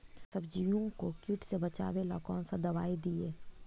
सब्जियों को किट से बचाबेला कौन सा दबाई दीए?